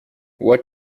what